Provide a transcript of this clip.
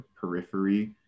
periphery